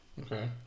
okay